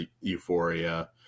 euphoria